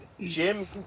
Jim